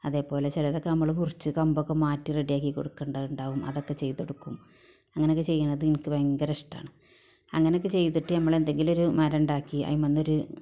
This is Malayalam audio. അതേപോലെ ചിലതൊക്കെ നമ്മള് മുറിച്ച് കമ്പൊക്കെ മാറ്റി റെഡിയാക്കി കൊടുക്കേണ്ടത് ഉണ്ടാകും അതൊക്കെ ചെയ്ത് കൊടുക്കും അങ്ങനെ ഒക്കെ ചെയ്യുന്നത് എനിക്ക് ഭയങ്കര ഇഷ്ടമാണ് അങ്ങനൊക്കെ ചെയ്തിട്ട് നമ്മളെന്തെങ്കിലും ഒരു മരമുണ്ടാക്കി അതിന് മേലൊരു